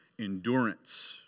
endurance